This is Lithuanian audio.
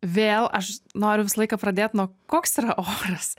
vėl aš noriu visą laiką pradėt nuo koks yra oras